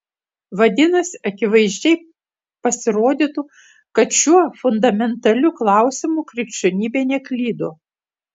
vadinasi akivaizdžiai pasirodytų kad šiuo fundamentaliu klausimu krikščionybė neklydo